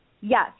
Yes